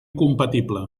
compatible